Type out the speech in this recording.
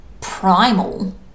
primal